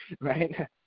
Right